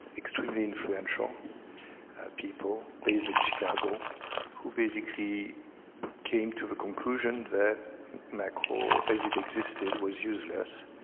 extremely influential people based in chicago who basically came to the conclusion that macro as it existed was useless.